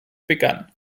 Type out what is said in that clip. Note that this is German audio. begann